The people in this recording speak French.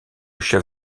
chef